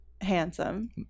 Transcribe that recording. Handsome